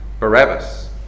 Barabbas